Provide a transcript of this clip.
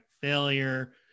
failure